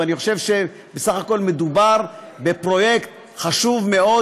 ואני חושב שבסך הכול מדובר בפרויקט חשוב מאוד,